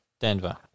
Denver